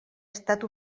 estat